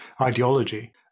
ideology